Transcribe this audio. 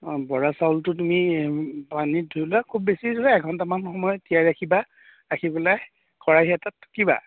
অঁ বৰা চাউলটো তুমি পানীত ধুই লৈ খুব বেছি ধৰা এঘণ্টামান সময় তিয়াই ৰাখিবা ৰাখি পেলাই খৰাহি এটাত টুকিবা